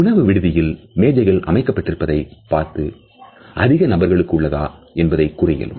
உணவு விடுதிகளில் மேஜைகள் அமைக்கப்பட்டிருப்பதை பார்த்து அதிக நபர்களுக்கு உள்ளதா என்பதைக் கூற இயலும்